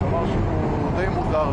דבר שלטעמי הוא די מוזר.